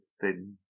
thin